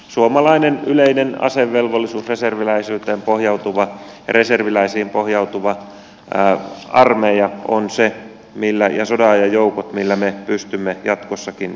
suomalainen yleinen asevelvollisuus reserviläisiin pohjautuva armeija ja sodanajan joukot on se millä me pystymme jatkossakin isänmaamme turvaamaan